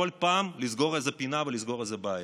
כל פעם לסגור איזה פינה ולסגור איזו בעיה.